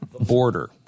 border